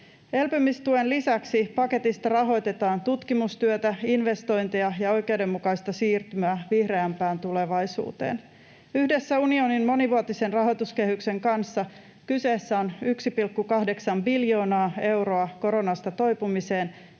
Elpymistuen lisäksi paketista rahoitetaan tutkimustyötä, investointeja ja oikeudenmukaista siirtymää vihreämpään tulevaisuuteen. Yhdessä unionin monivuotisen rahoituskehyksen kanssa kyseessä on 1,8 biljoonaa euroa koronasta toipumiseen